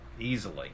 easily